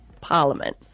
parliament